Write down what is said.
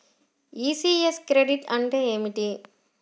ECS credit అంటే ఏమిటి?